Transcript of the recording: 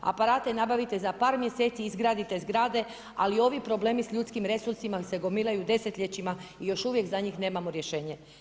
Aparate nabavite za par mjeseci, izgradite zgrade, ali ovi problemi s ljudskim resursima se gomilaju desetljećima i još uvijek za njih nemamo rješenje.